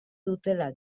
dutela